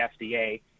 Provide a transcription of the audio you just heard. fda